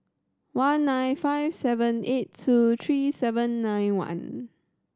one nine five seven eight two three seven nine one